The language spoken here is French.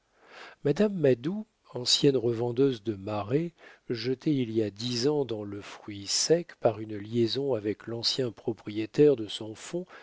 madame madou ancienne revendeuse de marée jetée il y a dix ans dans le fruit sec par une liaison avec l'ancien propriétaire de son fonds